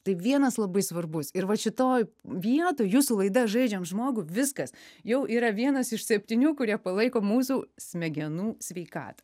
tai vienas labai svarbus ir va šitoj vietoj jūsų laida žaidžiam žmogų viskas jau yra vienas iš septynių kurie palaiko mūsų smegenų sveikatą